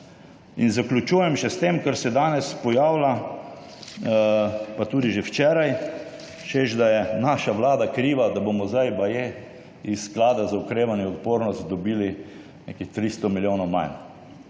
Zaključujem še s tem, kar se danes pojavlja in tudi že včeraj, češ, da je naša vlada kriva, da bomo zdaj baje iz sklada za okrevanje in odpornost dobili nekih 300 milijonov manj.